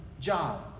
job